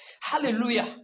Hallelujah